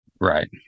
Right